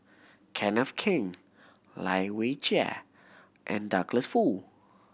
Kenneth Keng Lai Weijie and Douglas Foo